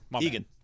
Egan